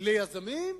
יעבור ליזמים?